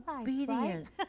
obedience